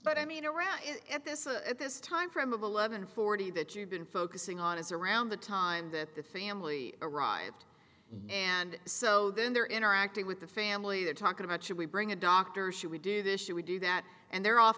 but i mean around at this a this timeframe of eleven forty that you've been focusing on is around the time that the family arrived and so then they're interacting with the family they're talking about should we bring a doctor should we do this should we do that and they're off